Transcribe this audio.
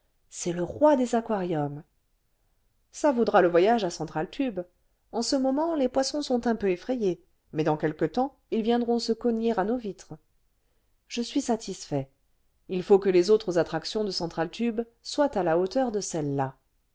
c'est le roi des aquariums le vingtième siècle ça vaudra le voyage à central tube en ce moment les poissons sont un peu effrayés mais dans quelque temps ils viendront se cogner à nos vitres je suis satisfait il faut que les autres attractions de central tube soient à la hauteur de celle-là